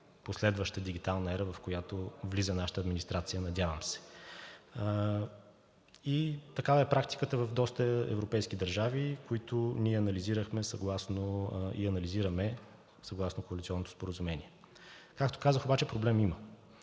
последваща дигитална ера, в която влиза нашата администрация, надявам се. Такава е практиката в доста европейски държави, които ние анализирахме и анализираме съгласно Коалиционното споразумение. Както казах обаче, проблем има.